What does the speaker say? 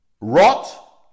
rot